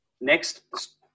next